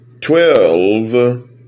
Twelve